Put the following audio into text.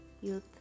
youth